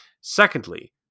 Secondly